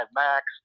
max